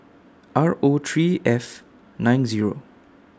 R O three F nine Zero